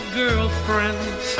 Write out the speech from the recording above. girlfriends